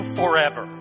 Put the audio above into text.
forever